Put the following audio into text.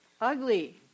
Ugly